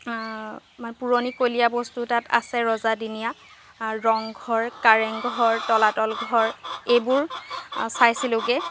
পুৰণিকলীয়া বস্তু তাত আছে ৰজাদিনীয়া ৰংঘৰ কাৰেংঘৰ তলাতলঘৰ এইবোৰ চাইছিলোগৈ